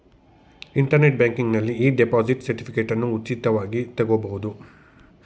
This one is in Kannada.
ಇಂಟರ್ನೆಟ್ ಬ್ಯಾಂಕಿಂಗ್ನಲ್ಲಿ ಇ ಡಿಪಾಸಿಟ್ ಸರ್ಟಿಫಿಕೇಟನ್ನ ಉಚಿತವಾಗಿ ತಗೊಬೋದು